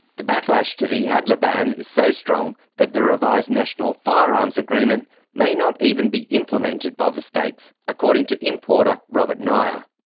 the backlash to the adler ban is so strong that the revised national firearms agreement may not even be implemented by the states, according to importer, robert nioa.